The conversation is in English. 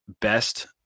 best